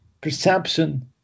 perception